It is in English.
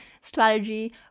strategy